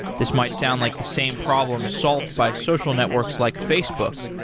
this might sound like the same problem solved by social networks, like facebook,